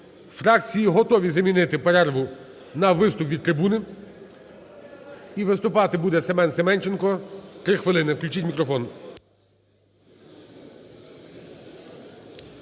Фракції готові замінити перерву на виступ від трибуни. І виступати буде Семен Семенченко, 3 хвилини, включіть мікрофон.